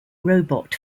robot